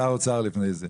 שר אוצר לפני זה.